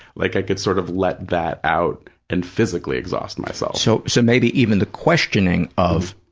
like i could sort of let that out and physically exhaust myself. so, so maybe even the questioning of,